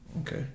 Okay